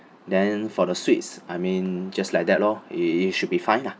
then for the suites I mean just like that lor it it should be fine lah